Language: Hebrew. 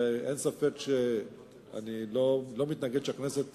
ואני לא מתנגד שהכנסת